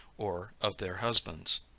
or of their husbands.